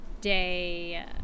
day